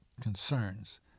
concerns